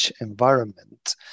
environment